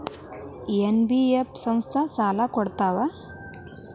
NBF ಸಂಸ್ಥಾ ಸಾಲಾ ಕೊಡ್ತಾವಾ?